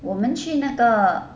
我们去那个